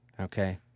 Okay